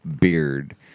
beard